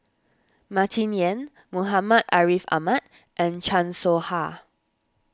Martin Yan Muhammad Ariff Ahmad and Chan Soh Ha